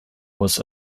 was